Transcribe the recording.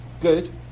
Good